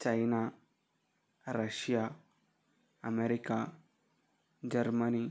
China Russia America Germany